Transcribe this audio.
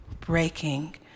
breaking